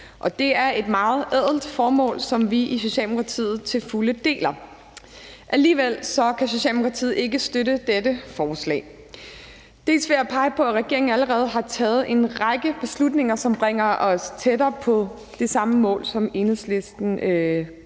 Det er et meget ædelt formål, som vi i Socialdemokratiet til fulde deler. Alligevel kan Socialdemokratiet ikke støtte dette forslag. Vi kan pege på, at regeringen allerede har taget en række beslutninger, som bringer os tættere på det samme mål, som Enhedslisten er